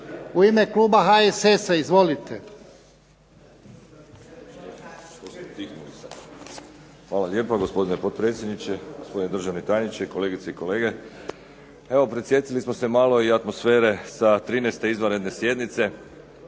u ime kluba HSS-a. Izvolite.